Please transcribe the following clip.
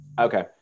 Okay